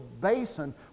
basin